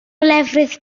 lefrith